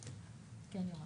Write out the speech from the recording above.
כן, יוראי.